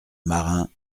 marin